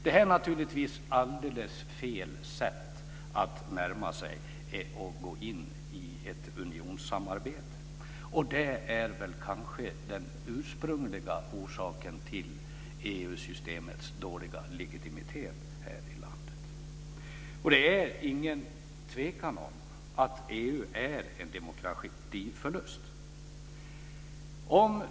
Det är naturligtvis fel sätt att närma sig och gå in i ett unionssamarbete. Det är kanske den ursprungliga orsaken till EU-systemets dåliga legitimitet här i landet. Det är ingen tvekan om att EU är en demokratiförlust.